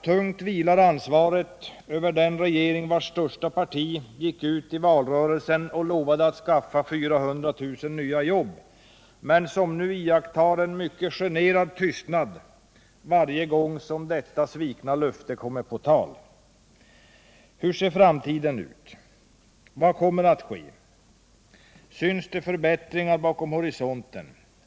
Tungt vilar ansvaret på den regering, vars största parti gick ut i valrörelsen och lovade att skaffa 400 000 nya jobb men som nu iakttar en mycket generad tystnad varje gång som detta svikna löfte kommer på tal. Hur ser framtiden ut? Vad kommer att ske? Syns det förbättringar bakom horisonten?